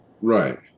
right